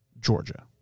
Georgia